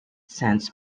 cents